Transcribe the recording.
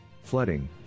Flooding